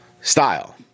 style